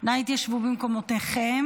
אנא התיישבו במקומותיכם.